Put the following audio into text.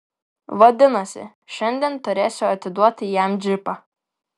vadinasi šiandien turėsiu atiduoti jam džipą